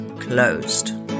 Closed